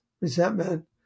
resentment